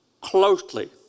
closely